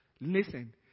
listen